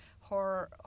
horror